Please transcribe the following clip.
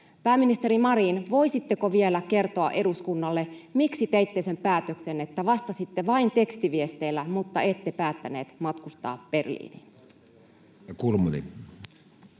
Pääministeri Marin, voisitteko vielä kertoa eduskunnalle: miksi teitte sen päätöksen, että vastasitte vain tekstiviesteillä, mutta ette päättäneet matkustaa Berliiniin? [Speech